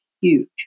huge